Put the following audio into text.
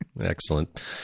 Excellent